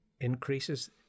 increases